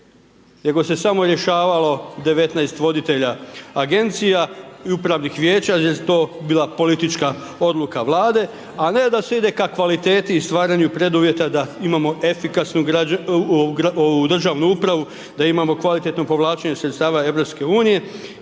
nego se samo rješavalo 19 voditelja agencija i upravnih vijeća gdje je to bila politička odluka Vlade, a ne da se ide ka kvaliteti i stvaranju preduvjeta da imamo efikasnu ovu državnu upravu, da imamo kvalitetno povlačenje sredstava EU